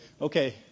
Okay